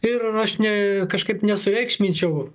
ir aš ne kažkaip nesureikšminčiau